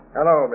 Hello